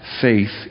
faith